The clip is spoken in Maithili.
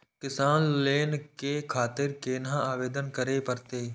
किसान लोन के खातिर केना आवेदन करें परतें?